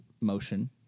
motion